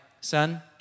son